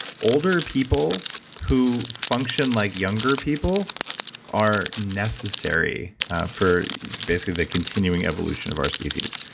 older people who function like younger people are necessary for basically the continuing evolution of our species.